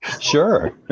sure